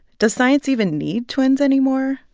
does science even need twins anymore?